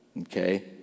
Okay